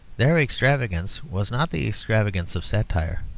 their extravagance was not the extravagance of satire,